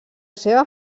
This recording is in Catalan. seva